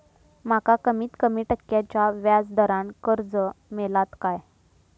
माका कमीत कमी टक्क्याच्या व्याज दरान कर्ज मेलात काय?